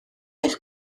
eich